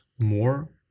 more